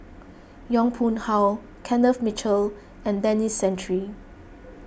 Yong Pung How Kenneth Mitchell and Denis Santry